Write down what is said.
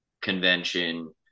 convention